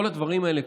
כל הדברים האלה,